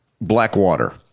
Blackwater